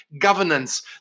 governance